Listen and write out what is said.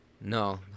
No